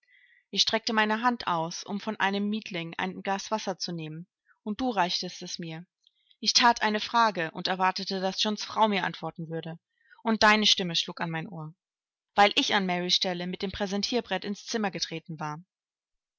ich streckte meine hand aus um von einem mietling ein glas wasser zu nehmen und du reichtest es mir ich that eine frage und erwartete daß johns frau mir antworten würde und deine stimme schlug an mein ohr weil ich an marys stelle mit dem präsentierbrett ins zimmer getreten war